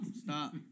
stop